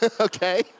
okay